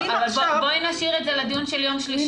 אבל בואי נשאיר את זה לדיון של יום שלישי.